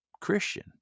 Christian